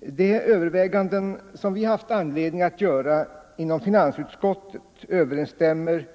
De överväganden som vi haft anledning att göra inom finansutskottet överensstämmer